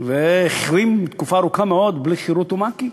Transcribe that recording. והחרים תקופה ארוכה מאוד: בלי חרות ומק"י.